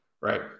right